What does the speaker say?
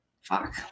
Fuck